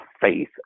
faith